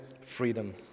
freedom